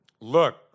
Look